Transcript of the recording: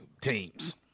teams